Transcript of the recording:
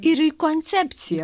ir į koncepciją